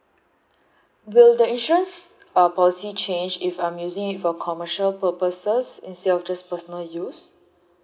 will the insurance uh policy change if I'm using it for commercial purposes instead of just personal use